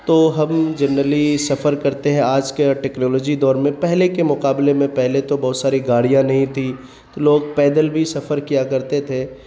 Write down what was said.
تو ہم جنرلی سفر کرتے ہیں آج کے ٹیکنالوجی دور میں پہلے کے مقابلے میں پہلے تو بہت ساری گاڑیاں نہیں تھی تو لوگ پیدل بھی سفر کیا کرتے تھے